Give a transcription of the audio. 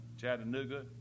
chattanooga